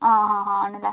ആ ഹാ ഹാ ആണല്ലേ